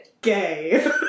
gay